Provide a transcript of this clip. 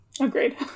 agreed